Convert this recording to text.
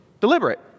Deliberate